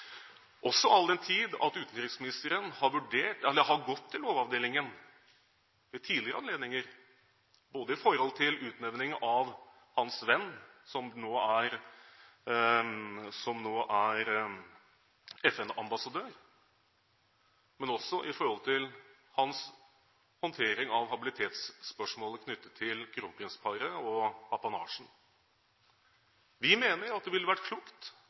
også all den tid utenriksministeren har gått til Lovavdelingen ved tidligere anledninger, både med hensyn til utnevning av hans venn, som nå er FN-ambassadør, og med hensyn til hans håndtering av habilitetsspørsmålet knyttet til kronprinsparet og apanasjen. Vi mener at det ville vært klokt